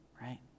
right